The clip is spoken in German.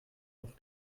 auf